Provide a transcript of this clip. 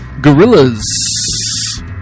gorillas